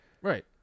Right